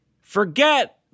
Forget